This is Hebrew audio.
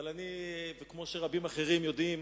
אבל אני יודע, כמו שרבים אחרים יודעים,